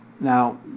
Now